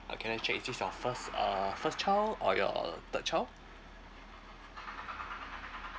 can I check is this your first uh first child or your third child